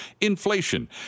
Inflation